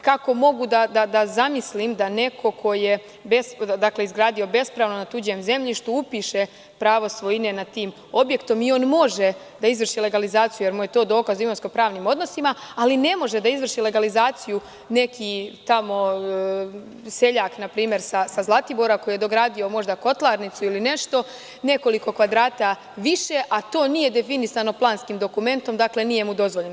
Kako mogu da zamislim da neko ko je izgradio bespravno na tuđem zemljištu upiše pravo svojine nad tim objektom i on može da izvrši legalizaciju jer mu je to dokaz u imovinsko-pravnim odnosima, ali ne može da izvrši legalizaciju neki tamo seljak, na primer, sa Zlatibora koji je dogradio možda kotlarnicu ili nešto, nekoliko kvadrata više, a to nije definisano planskim dokumentom, dakle, nije mu dozvoljeno?